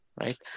right